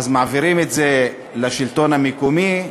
מעבירים את זה לשלטון המקומי,